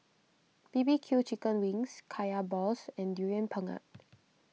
B B Q Chicken Wings Kaya Balls and Durian Pengat